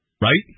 right